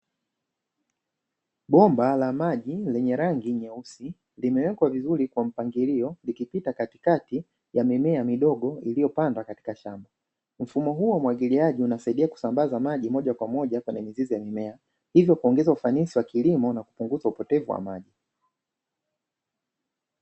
Bomba la maji lenye rangi nyeusi limewekwa vizuri kwa mpangilio likipita katikati ya mimea midogo iliyopandwa katika shamba, mfumo huo umwagiliaji unasaidia kusambaza maji moja kwa moja kwenye mizizi ya mimea, hivyo kuongeza ufanisi wa kilimo na kupunguza upotevu wa maji.